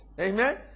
Amen